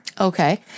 Okay